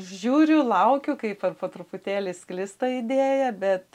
žiūriu laukiu kaip po po truputėlį sklis ta idėja bet